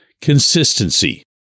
consistency